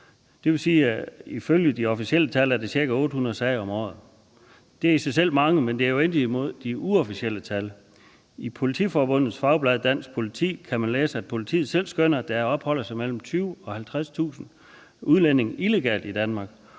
Det vil sige, at ifølge de officielle tal er der ca. 800 sager om året. Det er i sig selv mange, men det er jo intet imod de uofficielle tal. I Politiforbundets fagblad Dansk Politi kan man læse, at politiet selv skønner, at der opholder sig mellem 20.000 og 50.000 udlændinge illegalt i Danmark,